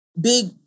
big